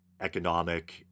economic